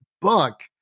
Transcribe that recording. book